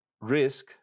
risk